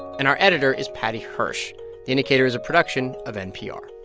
and our editor is paddy hirsch. the indicator is a production of npr